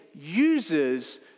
uses